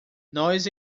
nós